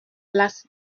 place